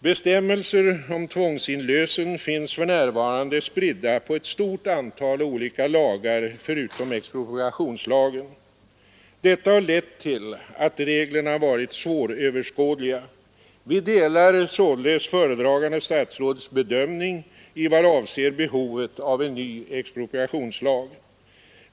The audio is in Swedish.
Bestämmelser om tvångsinlösen finns för närvarande spridda på ett stort antal olika lagar förutom expropriationslagen. Detta har lett till att reglerna varit svåröverskådliga. Vi delar således föredragande statsråds bedömning i vad avser behovet av en ny expropriationslag.